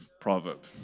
proverb